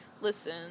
Listen